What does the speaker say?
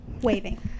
waving